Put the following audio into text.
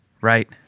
Right